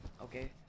Okay